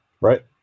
Right